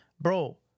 Bro